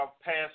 passed